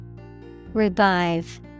Revive